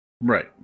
Right